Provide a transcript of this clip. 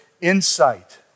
insight